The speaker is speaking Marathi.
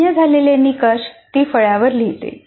मान्य झालेले निकष ती फळ्यावर लिहिते